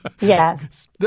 Yes